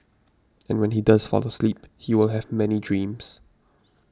and when he does fall asleep he will have many dreams